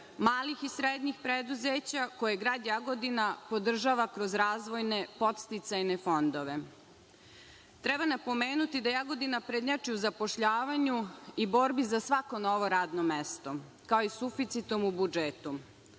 malih i srednjih preduzeća, koje grad Jagodina podržava kroz razvojne podsticajne fondove. Treba napomenuti da Jagodina prednjači u zapošljavanju i borbi za svako novo radno mesto, kao i suficitom u budžetu,